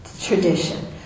tradition